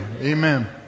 Amen